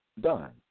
done